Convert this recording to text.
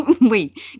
wait